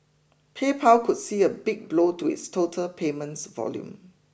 PayPal could see a big blow to its total payments volume